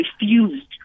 refused